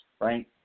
Right